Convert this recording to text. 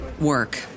work